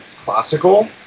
classical